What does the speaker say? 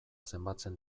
zenbatzen